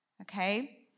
Okay